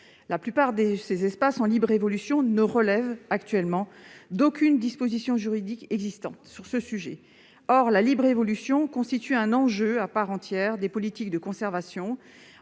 La plupart de ces espaces en libre évolution ne relèvent d'aucune disposition juridique existante. Or la libre évolution constitue un enjeu à part entière des politiques de conservation